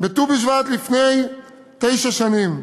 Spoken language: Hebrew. בט"ו בשבט לפני תשע שנים: